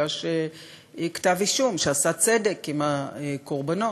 בגלל כתב-אישום שעשה צדק עם הקורבנות,